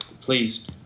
please